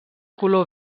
color